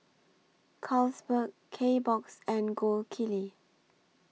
Carlsberg Kbox and Gold Kili